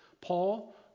Paul